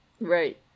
Right